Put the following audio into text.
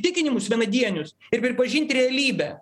tikinimus vienadienius ir pripažint realybę